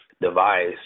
device